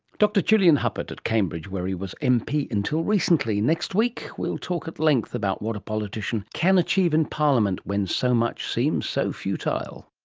dr julian huppert at cambridge where he was mp until recently. next week we will talk at length about what a politician can achieve in parliament when so much seems so futile.